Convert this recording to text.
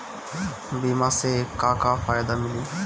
बीमा से का का फायदा मिली?